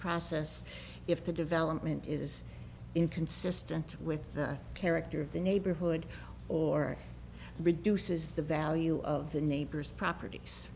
process if the development is inconsistent with the character of the neighborhood or reduces the value of the neighbors properties